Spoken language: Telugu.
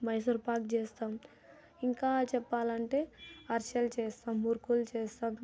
మైసూర్ పాక్ చేస్తాం ఇంకా చెప్పాలంటే అరిసెలు చేస్తాం మురుకులు చేస్తాం